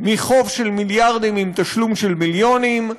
מחוב של מיליארדים עם תשלום של מיליונים.